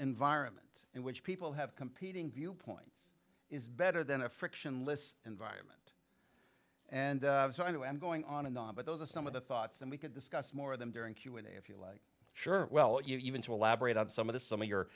environment in which people have competing viewpoints is better than a frictionless environment and so i know i'm going on and on but those are some of the thoughts and we could discuss more of them during q and a if you like sure well you know even to elaborate on some of the some of your